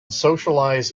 socialize